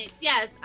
yes